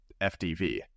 FDV